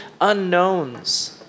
unknowns